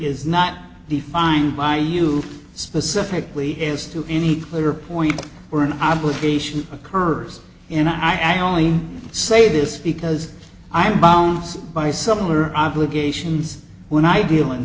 is not defined by you specifically is to any clear point where an obligation occurs and i only say this because i'm bounced by some other obligations when i deal in